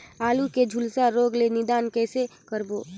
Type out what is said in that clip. आलू के झुलसा रोग ले निदान कइसे करबो?